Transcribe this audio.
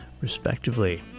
Respectively